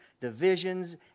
divisions